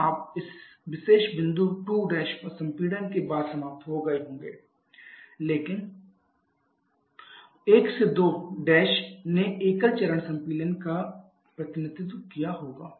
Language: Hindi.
तब आप इस विशेष बिंदु 2' पर संपीड़न के बाद समाप्त हो गए होंगे कि 1 से 2 ने एकल चरण संपीड़न का प्रतिनिधित्व किया होगा